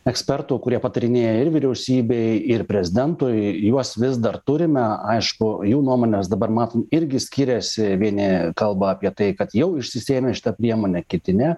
ekspertų kurie patarinėja ir vyriausybei ir prezidentui juos vis dar turime aišku jų nuomonės dabar matom irgi skiriasi vieni kalba apie tai kad jau išsisėmė šita priemonė kiti ne